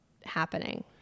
happening